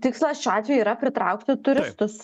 tikslas šiuo atveju yra pritraukti turistus